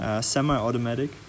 semi-automatic